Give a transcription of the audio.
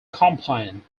compliant